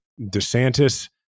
DeSantis